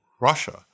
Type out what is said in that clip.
Russia